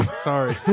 Sorry